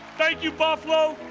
thank you buffalo,